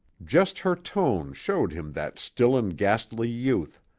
just her tone showed him that still and ghastly youth,